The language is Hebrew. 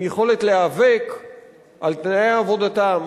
עם יכולת להיאבק על תנאי עבודתם,